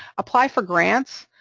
apply for grants,